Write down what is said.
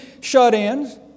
shut-ins